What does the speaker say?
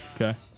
Okay